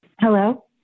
Hello